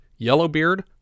Yellowbeard